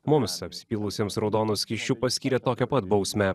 mums apsipylusiems raudonu skysčiu paskyrė tokią pat bausmę